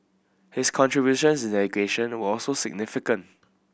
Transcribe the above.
his contributions in education were also significant